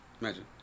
Imagine